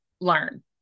Learn